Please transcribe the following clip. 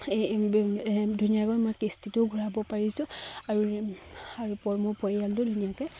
এই ধুনীয়াকৈ মই কিস্তিটো ঘূৰাব পাৰিছোঁ আৰু আৰু পৰিয়ালটো ধুনীয়াকে